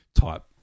type